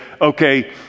Okay